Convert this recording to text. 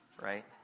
right